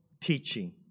teaching